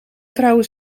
vrouwen